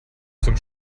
zum